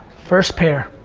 first pair.